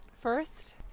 first